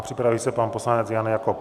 Připraví se pan poslanec Jan Jakob.